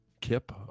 Kip